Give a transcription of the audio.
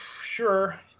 sure